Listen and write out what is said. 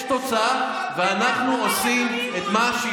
יש תוצאה ואנחנו עושים את מה,